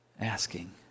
asking